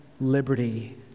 liberty